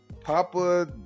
Papa